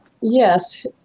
Yes